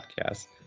podcast